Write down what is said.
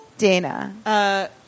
Dana